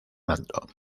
manto